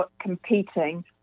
competing